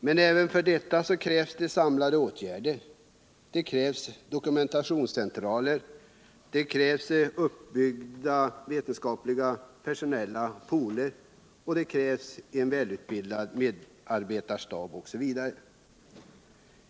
Men även för detta krävs samlade åtgärder - dokumentationscentraler, uppbyggda pooler, en välutbildad medarbetarstab osv.